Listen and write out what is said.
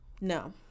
no